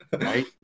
Right